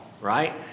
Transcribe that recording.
right